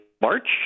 March